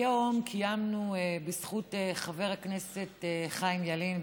היום קיימנו בזכות חבר הכנסת חיים ילין,